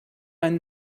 einen